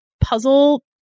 puzzle